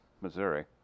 Missouri